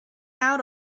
out